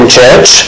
church